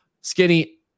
skinny